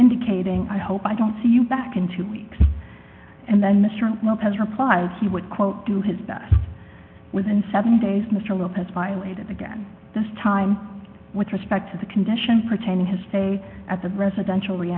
indicating i hope i don't see you back in two weeks and then mr lopez replied he would quote do his best within seven days mr lopez violated again this time with respect to the condition pertaining to stay at the residential